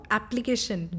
application